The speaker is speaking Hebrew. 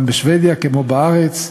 גם בשבדיה, כמו בארץ,